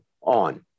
on